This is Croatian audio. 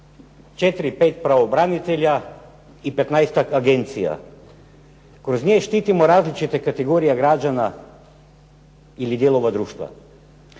4, 5 pravobranitelja i petnaestak agencija. Kroz njih štitimo različite kategorije građana ili dijelova društva.